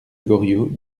goriot